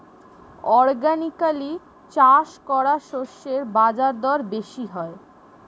organically চাষ করা শস্যের বাজারদর বেশি হয়